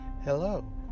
hello